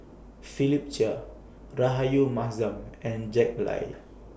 Philip Chia Rahayu Mahzam and Jack Lai